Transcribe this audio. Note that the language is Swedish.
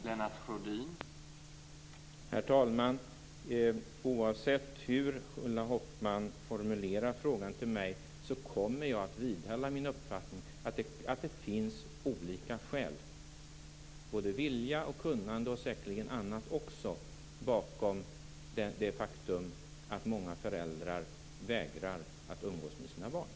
Herr talman! Oavsett hur Ulla Hoffmann formulerar frågan till mig kommer jag att vidhålla min uppfattning, att det finns olika skäl, såväl vilja som kunnande och säkerligen något annat också bakom det faktum att många föräldrar vägrar att umgås med sina barn.